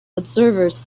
observers